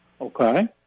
okay